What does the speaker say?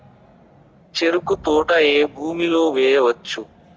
చెరుకు తోట ఏ భూమిలో వేయవచ్చు?